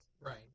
Right